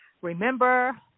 remember